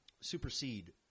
supersede